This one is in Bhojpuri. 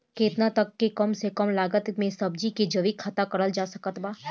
केतना तक के कम से कम लागत मे सब्जी के जैविक खेती करल जा सकत बा?